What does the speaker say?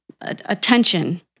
attention